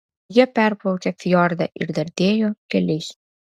jie perplaukė fjordą ir dardėjo keliais